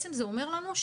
זה אומר לנו,